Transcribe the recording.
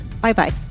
Bye-bye